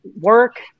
work